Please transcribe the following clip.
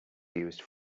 used